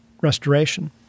restoration